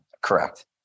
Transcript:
Correct